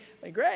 Great